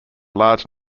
large